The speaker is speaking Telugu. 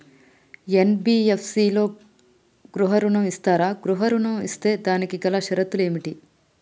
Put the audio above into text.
ఎన్.బి.ఎఫ్.సి లలో గృహ ఋణం ఇస్తరా? గృహ ఋణం ఇస్తే దానికి గల షరతులు ఏమిటి?